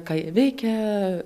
ką jie veikia